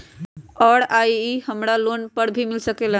और का इ हमरा लोन पर भी मिल सकेला?